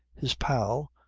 his pal,